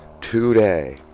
today